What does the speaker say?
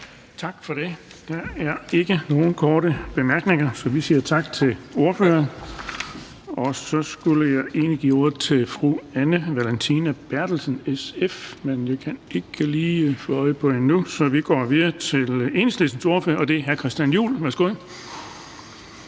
Tak for det. Der er ikke nogen korte bemærkninger, så vi siger tak til ordføreren. Så skulle jeg egentlig give ordet til fru Anne Valentina Berthelsen, SF, men jeg kan ikke lige få øje på hende nu. Vi går derfor videre til Enhedslistens ordfører, og det er hr. Christian Juhl. Værsgo.